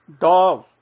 Dog